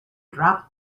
dropped